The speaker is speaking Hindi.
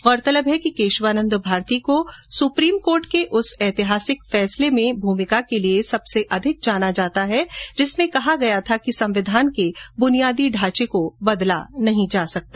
गौरतलब है कि केशवानंद भारती को उच्चतम न्यायालय के उस ऐतिहासिक फैसले में भूमिका के लिये सबसे अधिक जाना जाता है जिसमें कहा गया था कि संविधान के बुनियादी ढांचे को बदला नहीं जा सकता